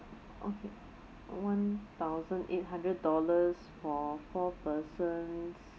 okay one thousand eight hundred dollars for four persons